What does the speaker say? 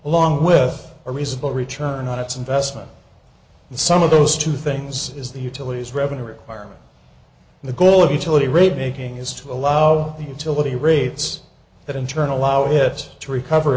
along with a reasonable return on its investment in some of those two things is the utilities revenue requirement and the goal of utility rate making is to allow the utility rates that in turn allow it to recover